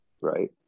Right